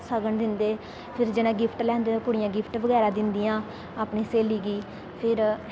संगन दिदे फिर जिनें गिफ्ट लेदे कुडियां गिफ्ट बगैरा दिंदियां अपनी स्हे्ली गी फिर